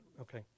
Okay